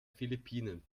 philippinen